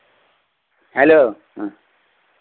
hello ᱦᱮᱸ